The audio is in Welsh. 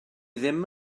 ddim